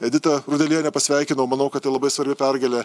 editą rudelienę pasveikinau manau kad tai labai svarbi pergalė